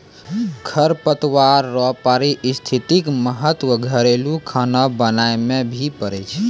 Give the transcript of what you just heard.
खरपतवार रो पारिस्थितिक महत्व घरेलू खाना बनाय मे भी पड़ै छै